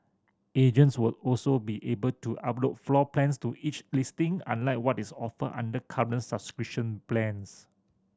agents will also be able to upload floor plans to each listing unlike what is offered under current plans